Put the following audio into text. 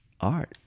art